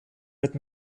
mit